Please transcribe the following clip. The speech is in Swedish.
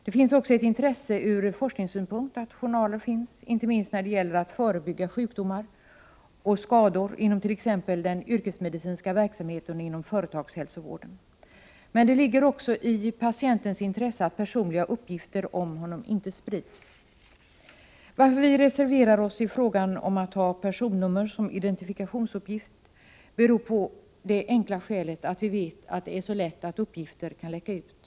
Det finns också ett intresse ur forskningssynpunkt av att journaler finns, inte minst när det gäller att förebygga sjukdomar och skador, vilket sker inom t.ex. den yrkesmedicinska verksamheten och inom företagshälsovården. Men det ligger också i patientens intresse att personliga uppgifter inte sprids. Att vi reserverar oss i fråga om att ha personnummer som identifikationsuppgift beror helt enkelt på att vi vet att det är så lätt att uppgifter kan läcka ut.